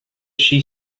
she